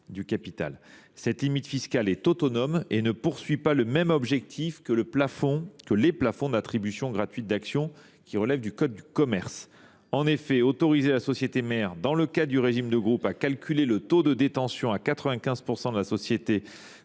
du capital. Cette limite fiscale est autonome et ne correspond pas au même objectif que les plafonds d’attribution gratuite d’actions, qui relèvent du code de commerce. En effet, autoriser la société mère, dans le cas du régime de groupe, à calculer le taux de détention à 95 % de la société